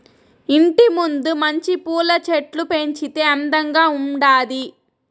ఇంటి ముందు మంచి పూల చెట్లు పెంచితే అందంగా ఉండాది